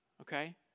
Okay